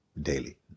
daily